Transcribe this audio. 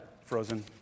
frozen